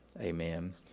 Amen